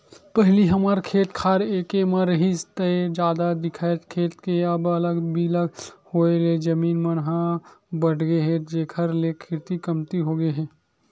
पहिली हमर खेत खार एके म रिहिस हे ता जादा दिखय खेत के अब अलग बिलग के होय ले जमीन मन ह बटगे हे जेखर ले खेती कमती होगे हे